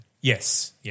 Yes